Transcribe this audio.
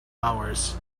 hours